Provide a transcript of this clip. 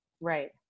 Right